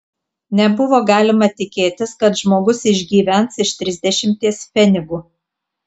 nebuvo galima tikėtis kad žmogus išgyvens iš trisdešimties pfenigų